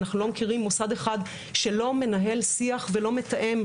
אנחנו לא מכירים מוסד אחד שלא מנהל שיח ולא מתאם,